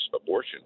abortion